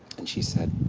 and she said,